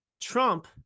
Trump